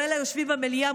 כלל היושבים במליאה,